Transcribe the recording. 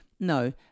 No